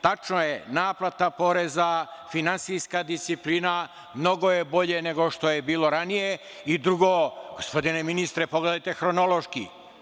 Tačno je, naplata poreza, finansijska disciplina mnogo je bolje nego što je bilo ranije i drugo, gospodine ministre, pogledajte hronološki.